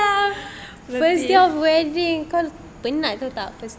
first day of wedding kau penat tu tak first night